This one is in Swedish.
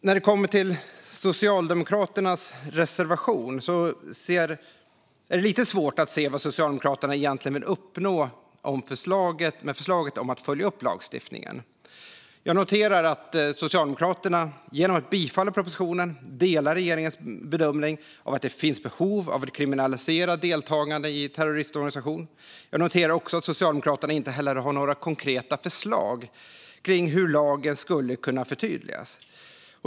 När det kommer till Socialdemokraternas reservation är det lite svårt att se vad de egentligen vill uppnå med förslaget om att följa upp lagstiftningen. Jag noterar att Socialdemokraterna genom att bifalla propositionen delar regeringens bedömning av att det finns behov av att kriminalisera deltagande i terroristorganisation. Jag noterar också att Socialdemokraterna inte heller har några konkreta förslag på hur lagen skulle kunna förtydligas.